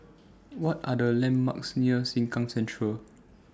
What Are The landmarks near Sengkang Central